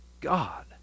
God